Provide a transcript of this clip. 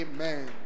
Amen